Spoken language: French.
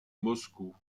moscou